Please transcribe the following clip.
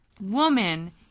woman